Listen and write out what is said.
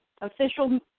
official